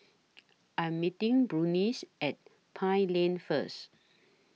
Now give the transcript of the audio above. I Am meeting Burnice At Pine Lane First